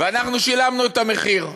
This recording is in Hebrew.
ואנחנו שילמנו את המחיר,